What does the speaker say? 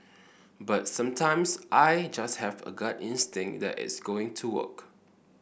but sometimes I just have a gut instinct that it's going to work